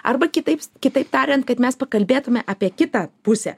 arba kitaip kitaip tariant kad mes pakalbėtume apie kitą pusę